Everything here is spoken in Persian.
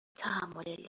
تحمل